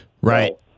Right